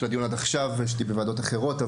פשוט הייתי בוועדות אחרות.